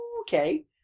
okay